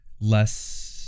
less